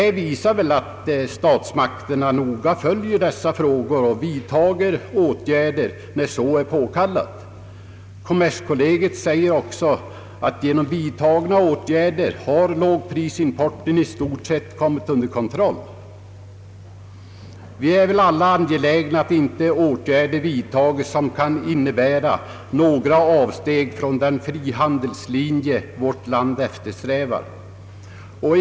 Detta visar väl att statsmakterna noga följer dessa frågor och vidtager åtgärder när så är påkallat. Kommerskollegium säger också att lågprisimporten genom vidtagna åtgärder i stort sett kommit under kontroll. Vi är väl alla angelägna att några åtgärder som kan innebära avsteg från den frihandelslinje vårt land eftersträvar inte blir vidtagna.